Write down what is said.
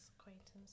Acquaintances